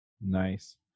Nice